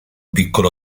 piccolo